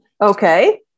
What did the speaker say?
Okay